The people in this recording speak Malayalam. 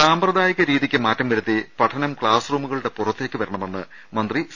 സാമ്പ്രദായിക രീതിക്ക് മാറ്റം വരുത്തി പഠനം ക്സാസ്റൂമുകളുടെ പുറ ത്തേക്ക് വരണമെന്ന് മന്ത്രി സി